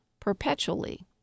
Perpetually